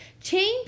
Chain